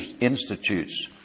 Institutes